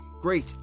Great